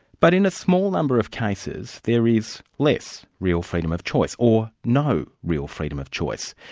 but in a small number of cases there is less real freedom of choice. or no real freedom of choice.